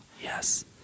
Yes